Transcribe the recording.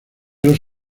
los